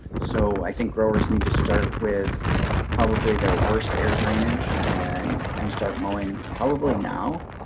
so i think growers need to start with probably their worst air drainage and and start mowing probably now.